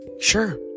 Sure